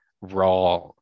raw